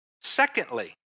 Secondly